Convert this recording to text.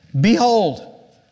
behold